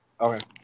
okay